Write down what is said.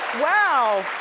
wow! ooh,